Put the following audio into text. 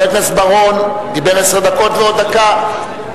חבר הכנסת בר-און דיבר עשר דקות ועוד דקה.